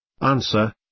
Answer